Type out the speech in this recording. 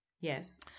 yes